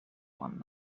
one